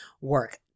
work